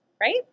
Right